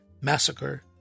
massacre